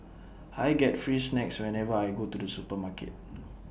I get free snacks whenever I go to the supermarket